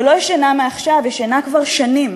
ולא ישנה מעכשיו, ישנה כבר שנים.